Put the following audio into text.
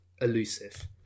elusive